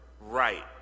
right